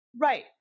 Right